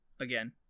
again